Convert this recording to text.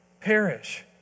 perish